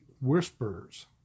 whispers